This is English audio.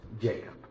Jacob